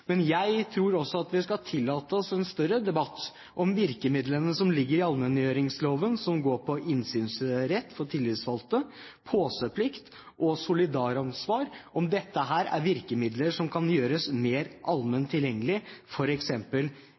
Men jeg tror også at vi skal tillate oss en større debatt om virkemidlene som ligger i allmenngjøringsloven som går på innsynsrett for tillitsvalgte, påseplikt og solidaransvar, og om dette er virkemidler som kan gjøres mer